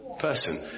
person